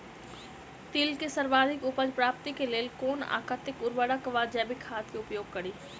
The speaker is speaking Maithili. तिल केँ सर्वाधिक उपज प्राप्ति केँ लेल केँ कुन आ कतेक उर्वरक वा जैविक खाद केँ उपयोग करि?